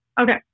Okay